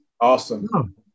awesome